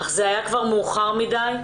אך זה היה כבר מאוחר מידי.